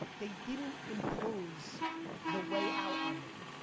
they didn't impose the way out on me.